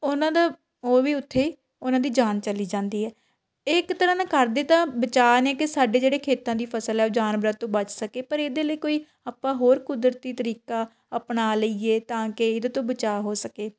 ਉਹਨਾਂ ਦਾ ਉਹ ਵੀ ਉੱਥੇ ਹੀ ਉਹਨਾਂ ਦੀ ਜਾਨ ਚਲੀ ਜਾਂਦੀ ਹੈ ਇਹ ਇੱਕ ਤਰ੍ਹਾਂ ਦਾ ਕਰਦੇ ਤਾਂ ਬਚਾਅ ਨੇ ਕਿ ਸਾਡੇ ਜਿਹੜੇ ਖੇਤਾਂ ਦੀ ਫਸਲ ਹੈ ਉਹ ਜਾਨਵਰਾਂ ਤੋਂ ਬਚ ਸਕੇ ਪਰ ਇਹਦੇ ਲਈ ਕੋਈ ਆਪਾਂ ਹੋਰ ਕੁਦਰਤੀ ਤਰੀਕਾ ਅਪਣਾ ਲਈਏ ਤਾਂ ਕਿ ਇਹਦੇ ਤੋਂ ਬਚਾ ਹੋ ਸਕੇ